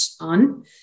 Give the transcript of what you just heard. on